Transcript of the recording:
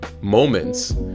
moments